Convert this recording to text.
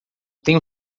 tenho